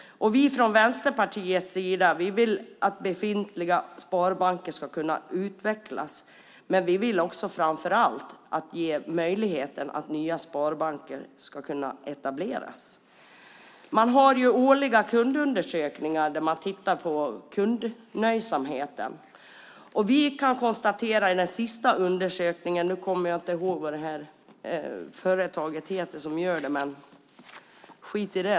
Vänsterpartiet vill att befintliga sparbanker ska kunna utvecklas, men vi vill framför allt ge möjligheter så att nya sparbanker kan etableras. Man har årliga kundundersökningar där man tittar på kundnöjdheten. Nu kommer jag inte ihåg vad företaget som gör dem heter, men skit i det.